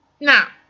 Now